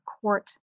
court